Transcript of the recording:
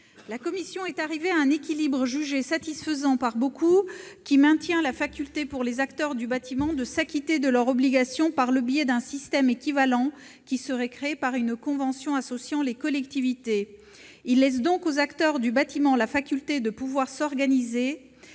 La commission est parvenue à un équilibre jugé satisfaisant par beaucoup. Celui-ci maintient la faculté, pour les acteurs, de s'acquitter de leurs obligations par le biais d'un système équivalent, qui serait créé par une convention associant les collectivités. Il leur laisse donc la faculté de s'organiser.